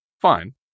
fine